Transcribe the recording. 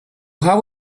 how